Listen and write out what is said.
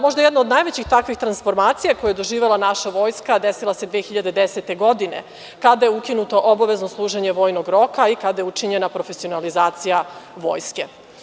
Možda jedna od najvećih takvih transformacija koju je doživela naša vojska, a desilo se 2010. godine, kada je ukinuto obavezno služenje vojnog roka i kada je učinjena profesionalizacija vojske.